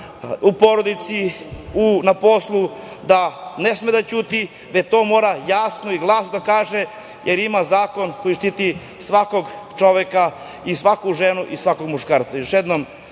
u porodici, na poslu da ne sme da ćuti, već to mora jasno i glasno da kaže, jer ima zakon koji štiti svakog čoveka i svaku ženu i svakog muškarca. Još